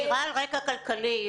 נשירה על רקע כלכלי.